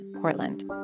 Portland